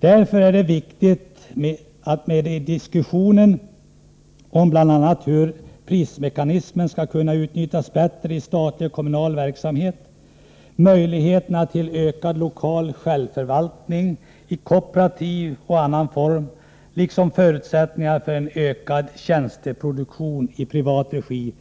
Därför är det viktigt med en diskussion om bl.a. hur prismekanismen skall kunna utnyttjas bättre i statlig och kommunal verksamhet. Möjligheterna till ökad lokal självförvaltning i kooperativ och annan form, liksom förutsättningarna för en ökad tjänsteproduktion i privat regi,